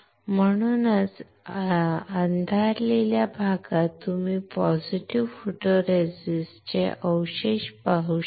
म्हणूनच अंधारलेल्या भागात तुम्ही पॉझिटिव्ह फोटोरेसिस्ट अवशेष पाहू शकता